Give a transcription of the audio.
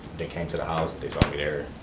they came to the house, they told me there,